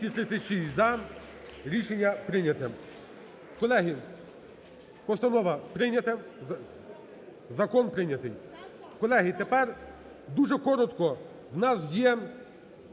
Рішення прийняте. Колеги! Постанова прийнята. Закон прийнятий. Колеги! Тепер дуже коротко. В нас є